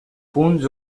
punts